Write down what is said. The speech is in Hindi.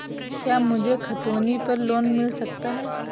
क्या मुझे खतौनी पर लोन मिल सकता है?